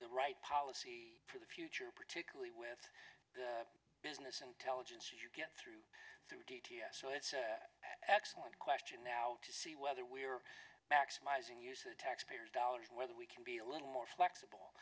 the right policy for the future particularly with business intelligence as you get through through d t s so it's an excellent question now to see whether we're maximizing use taxpayers dollars whether we can be a little more flexible